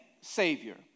Savior